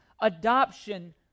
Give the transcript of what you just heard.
adoption